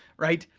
right?